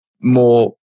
more